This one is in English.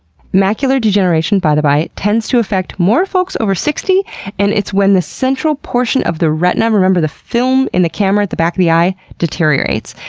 macular degeneration, by the by, tends to affect more folks over sixty and it's when the central portion of the retina remember the film in the camera at the back of the eye deteriorates.